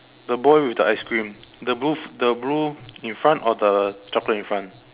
the boy with the ice cream the blue the blue in front or the chocolate in front